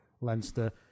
Leinster